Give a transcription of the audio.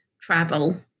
travel